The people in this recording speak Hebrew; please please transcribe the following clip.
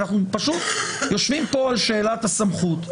אנחנו פשוט יושבים פה על שאלת הסמכות.